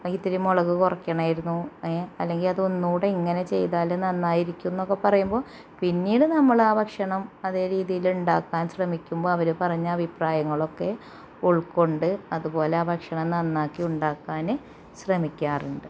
അതിലിത്തിരി മുളക് കുറയ്ക്കണമായിരുന്നു ങേ അല്ലെങ്കിൽ ഇങ്ങനെ ചെയ്താല് നന്നായിരിക്കും എന്നൊക്കെ പറയുമ്പോൾ പിന്നീട് നമ്മളാ ഭക്ഷണം അതേ രീതിയില് ഉണ്ടാക്കാൻ ശ്രമിക്കുമ്പോൾ അവര് പറഞ്ഞ അഭിപ്രായങ്ങളൊക്കെ ഉള്ക്കൊണ്ട് അത്പോലെ ആ ഭക്ഷണം നന്നാക്കി ഉണ്ടാക്കാന് ശ്രമിക്കാറുണ്ട്